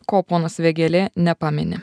ko ponas vėgėlė nepamini